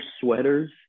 sweaters